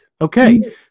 Okay